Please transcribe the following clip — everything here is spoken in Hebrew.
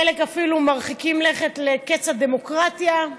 חלק אפילו מרחיקים לכת לקץ הדמוקרטיה.